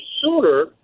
sooner